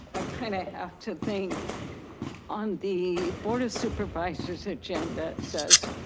i kind of have to think on the board of supervisors agenda it says,